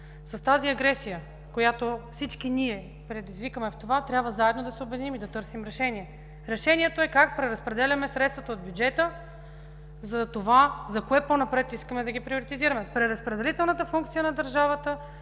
с тази агресия, която ние всички предизвикваме, трябва да се обединим и заедно да търсим решение. Решението е как преразпределяме средствата от бюджета за какво по-напред искаме да ги приоритизираме. Преразпределителната функция на държавата